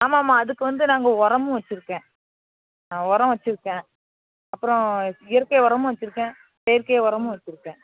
ஆமாம்மா அதுக்கு வந்து நாங்கள் உரமும் வெச்சிருக்கேன் ஆ உரம் வெச்சிருக்கேன் அப்புறம் இயற்கை உரமும் வெச்சிருக்கேன் செயற்கை உரமும் வெச்சிருக்கேன்